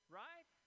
right